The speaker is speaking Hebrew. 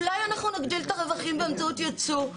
אולי אנחנו נגדיל את הרווחים באמצעות יצוא?